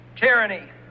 tyranny